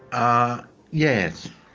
ah yes.